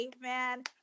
Man